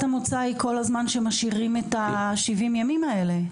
המוצא היא כל הזמן היא שמשאירים את ה-70 ימים האלה?